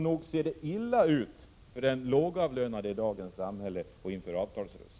Nog ser det illa ut för den lågavlönade i dagens samhälle och inför avtalsrörelsen!